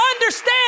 understand